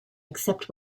except